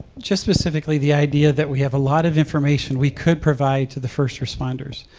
just specifically the idea that we have a lot of information we could provide to the first responders.